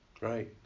right